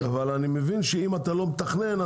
אני מבין שאם אתה לא מתכנן,